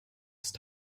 ist